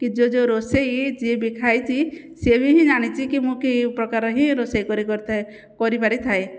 କି ଯେଉଁ ଯେଉଁ ରୋଷେଇ ଯିଏ ବି ଖାଇଛି ସିଏ ହିଁ ଜାଣିଛି ମୁଁ କି ପ୍ରକାର ହିଁ ରୋଷେଇ କରିଥାଏ କରିପାରିଥାଏ